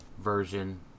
version